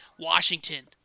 Washington